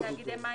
כן,